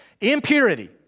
Impurity